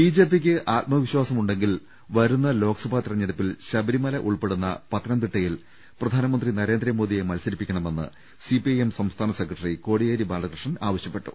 ബിജെപിക്ക് ആത്മവിശ്വാസമുണ്ടെങ്കിൽ വരുന്ന ലോക്സഭാ തെരഞ്ഞെടുപ്പിൽ ശബരിമല ഉൾപ്പെടുന്ന പത്തനംതിട്ടയിൽ പ്രധാനമന്ത്രി നരേന്ദ്രമോദിയെ മത്സരിപ്പിക്കണമെന്ന് സിപിഐഎം സംസ്ഥാന സെക്രട്ടറി കോടിയേരി ബാലകൃഷ്ണൻ ആവശ്യപ്പെട്ടു